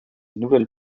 nouvelle